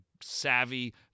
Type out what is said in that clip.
savvy